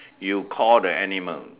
you call the animal